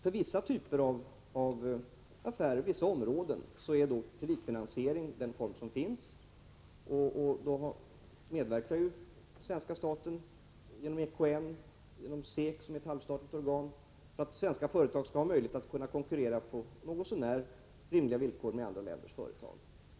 För vissa typer av affärer, för vissa områden, är kreditfinansiering den form som finns. Då medverkar svenska staten genom EKN, genom SEK, som är ett halvstatligt organ, för att svenska företag skall ha möjlighet att på något så när rimliga villkor konkurrera med andra länders företag.